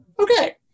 Okay